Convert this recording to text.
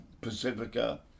Pacifica